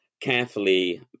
carefully